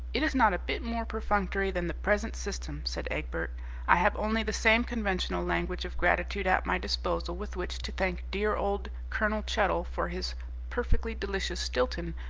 it is not a bit more perfunctory than the present system, said egbert i have only the same conventional language of gratitude at my disposal with which to thank dear old colonel chuttle for his perfectly delicious stilton,